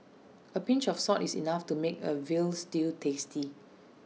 A pinch of salt is enough to make A Veal Stew tasty